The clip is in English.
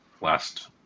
last